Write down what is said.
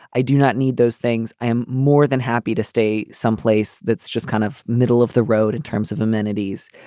i do not need those things. i am more than happy to stay someplace that's just kind of middle of the road in terms of amenities.